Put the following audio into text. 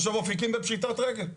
עכשיו "אפיקים" בפשיטת רגל,